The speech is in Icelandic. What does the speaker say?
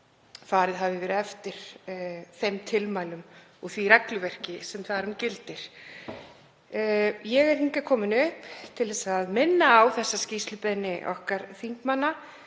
farið hafi verið eftir þeim tilmælum og því regluverki sem gildir. Ég er hingað komin upp til þess að minna á þessa skýrslubeiðni okkar þingmanna.